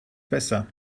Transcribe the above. besser